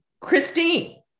Christine